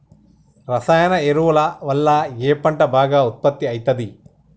రసాయన ఎరువుల వల్ల ఏ పంట బాగా ఉత్పత్తి అయితది?